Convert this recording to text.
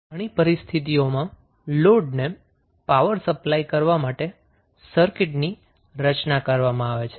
તો ઘણી પરિસ્થિતિઓમાં લોડને પાવર સપ્લાય કરવા માટે સર્કિટની રચના કરવામાં આવે છે